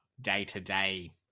day-to-day